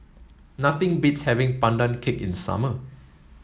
nothing beats having Pandan Cake in summer